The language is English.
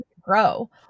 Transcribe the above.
grow